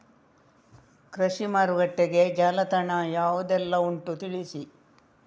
ಕೃಷಿ ಮಾರುಕಟ್ಟೆಗೆ ಜಾಲತಾಣ ಯಾವುದೆಲ್ಲ ಉಂಟು ತಿಳಿಸಿ